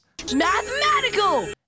Mathematical